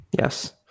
Yes